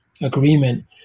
agreement